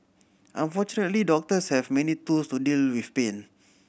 unfortunately doctors have many tools to deal with pain